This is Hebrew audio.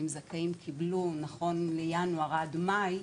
זכאים קיבלו נכון לינואר עד מאי,